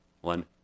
One